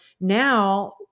now